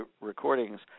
recordings